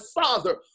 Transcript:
father